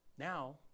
Now